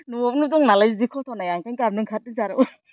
न'आवनो दं नालाय बिदि घथ'नाया ओंखायनो गाबनो ओंखारदों जारौ